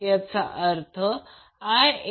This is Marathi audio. याचाच अर्थ IaIbIc0